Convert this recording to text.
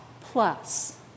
plus